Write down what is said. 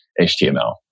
HTML